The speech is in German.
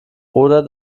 oder